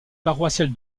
paroissiale